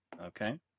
Okay